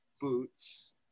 boots